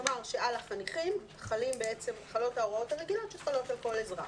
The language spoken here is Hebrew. כלומר שעל החניכים חלות ההוראות הרגילות שחלות על כל אזרח.